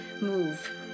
move